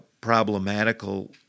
problematical